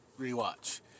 rewatch